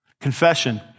Confession